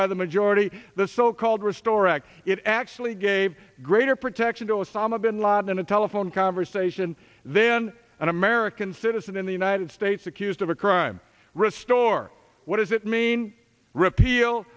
by the majority the so called restore act it actually gave greater protection to osama bin laden a telephone conversation then an american citizen in the united states accused of a crime restore what does it mean repeal